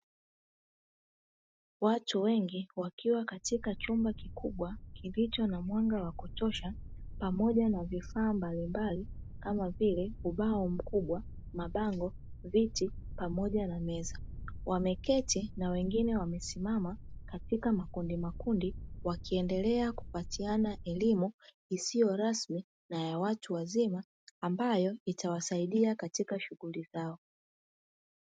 Watu wengi wakiwa katika chumba kikubwa kilicho na mwanga wa kutosha pamoja na vifaa mbalimbali kama vile: ubao mkubwa, mabango, viti pamoja na meza wameketi na wengine wamesimama katika makundimakundi wakiendelea kupatiana elimu isiyo rasmi na ya watu wazima ambayo itawasaidia katika shughuli zao.